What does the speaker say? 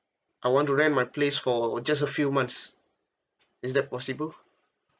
I want to rent my place for just a few months is that possible